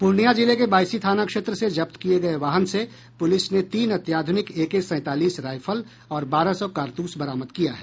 पूर्णियां जिले के बायसी थाना क्षेत्र से जब्त किये गये वाहन से पुलिस ने तीन अत्याधुनिक ए के सैंतालीस रायफल और बारह सौ कारतूस बरामद किया है